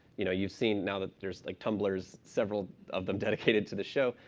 you know, you've seen now that there's like tumblrs several of them dedicated to the show.